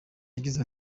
yagize